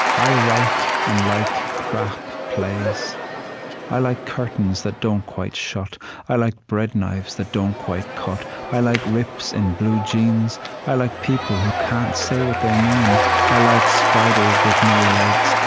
i write and like crap plays i like curtains that don't quite shut i like bread knives that don't quite cut i like rips in blue jeans i like people who can't say what they mean i like spiders with no legs,